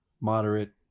moderate